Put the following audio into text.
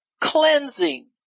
cleansing